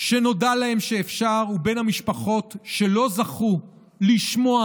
שנודע להן שאפשר ובין המשפחות שלא זכו לשמוע